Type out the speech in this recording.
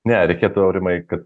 ne reikėtų aurimai kad